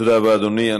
תודה רבה, אדוני.